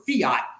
fiat